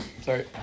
sorry